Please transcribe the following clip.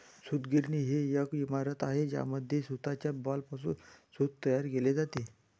सूतगिरणी ही एक इमारत आहे ज्यामध्ये सूताच्या बॉलपासून सूत तयार केले जाते